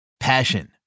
Passion